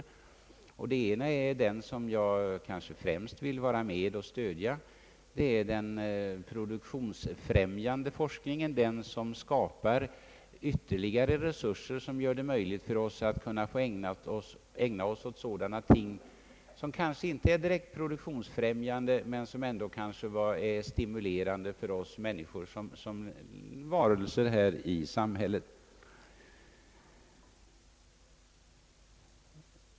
Den ena gruppen är den som jag främst vill stödja; den avser den produktionsfrämjande forskning, vilken skapar ytterligare resurser som gör det möjligt för oss att ägna oss åt sådana ting som kanske inte är direkt produktionsfrämjande, men som kanske är stimulerande för oss människor som individer i samhället.